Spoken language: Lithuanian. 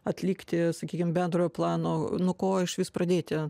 atlikti sakykim bendrojo plano nuo ko išvis pradėti